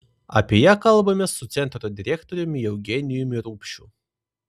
apie ją kalbamės su centro direktoriumi eugenijumi rupšiu